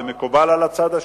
ומקובל על הצד השני.